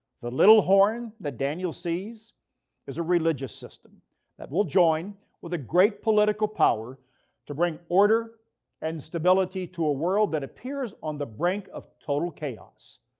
the little horn that daniel sees is a religious system that will join with a great political power to bring order and stability to a world that appears on the brink of total chaos.